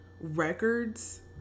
records